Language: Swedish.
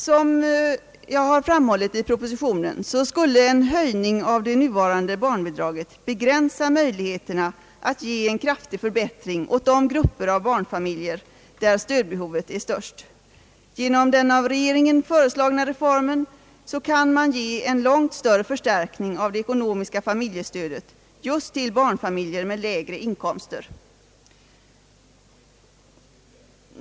Som jag har framhållit i propositionen skulle en höjning av det nuvarande barnbidraget begränsa möjligheterna att ge en kraftig förbättring åt de grupper av barnfamiljer där stödbehovet är störst. Genom den av regeringen föreslagna reformen kan man ge en långt större förstärkning av det ekonomiska familjestödet just till barnfamiljer med lägre inkomster.